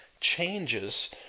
changes